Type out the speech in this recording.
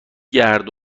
گرد